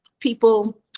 people